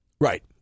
Right